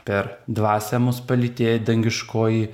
per dvasią mus palytėj dangiškoji